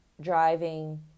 Driving